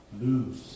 lose